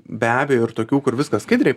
be abejo ir tokių kur viską skaidriai